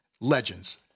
legends